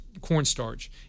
cornstarch